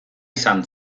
izan